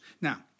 Now